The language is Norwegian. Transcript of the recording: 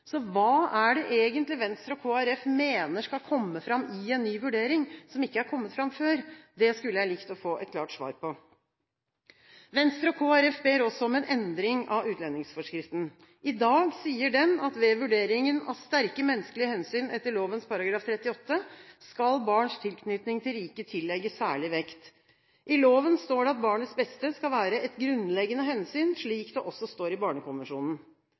Hva er det egentlig Venstre og Kristelig Folkeparti mener skal komme fram i en ny vurdering som ikke er kommet fram før? Det skulle jeg likt å få et klart svar på. Venstre og Kristelig Folkeparti ber også om en endring av utlendingsforskriften. I dag sier den at ved vurderingen av sterke menneskelige hensyn etter lovens § 38 skal barns tilknytning til riket tillegges særlig vekt. I loven står det at barnets beste skal være et grunnleggende hensyn, slik det også står i Barnekonvensjonen.